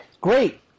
Great